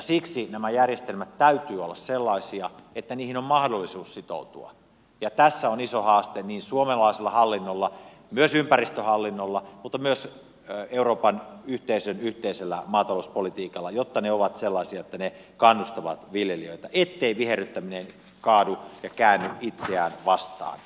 siksi näiden järjestelmien täytyy olla sellaisia että niihin on mahdollisuus sitoutua ja tässä on iso haaste niin suomalaisella hallinnolla myös ympäristöhallinnolla mutta myös euroopan yhteisön yhteisellä maatalouspolitiikalla jotta ne ovat sellaisia että ne kannustavat viljelijöitä ettei viherryttäminen kaadu ja käänny itseään vastaan